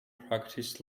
practiced